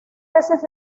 veces